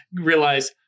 realize